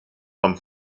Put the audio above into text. vom